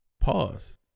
Pause